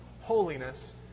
holiness